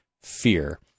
Fear